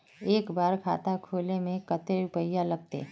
एक बार खाता खोले में कते रुपया लगते?